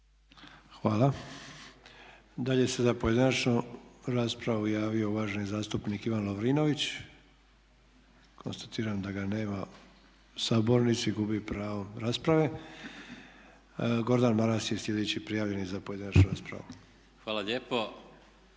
Hvala. Dalje se za pojedinačnu raspravu javio uvaženi zastupnik Ivan Lovrinović. Konstatiram da ga nema pa gubi pravo rasprave. Gordan Maras je sljedeći prijavljeni za pojedinačnu raspravu. **Maras,